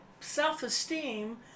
self-esteem